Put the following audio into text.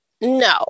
no